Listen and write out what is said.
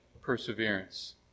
perseverance